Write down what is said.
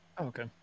Okay